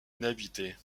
inhabitée